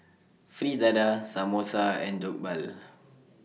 Fritada Samosa and Jokbal